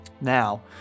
Now